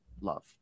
love